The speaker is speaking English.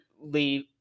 leave